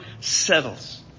settles